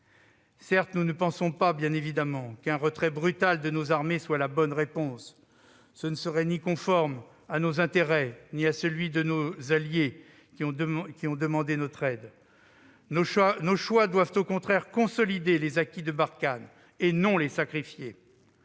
Mali ? Nous ne pensons pas qu'un retrait brutal de nos armées soit la bonne réponse ; ce ne serait ni conforme à nos intérêts ni à celui de nos alliés qui ont demandé notre aide. Nos choix doivent consolider les acquis de Barkhane, et non les sacrifier.